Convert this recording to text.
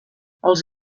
els